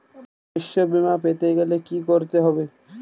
শষ্যবীমা পেতে গেলে কি করতে হবে?